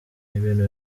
n’ibintu